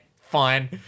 fine